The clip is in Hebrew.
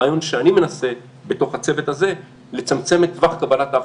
הרעיון שאני מנסה בתוך הצוות הזה לצמצם את טווח קבלת ההחלטות.